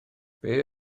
beth